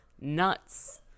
nuts